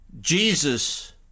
Jesus